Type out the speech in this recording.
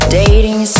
dating